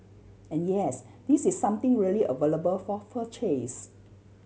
and yes this is something really available for purchase